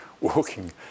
walking